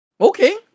Okay